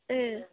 ए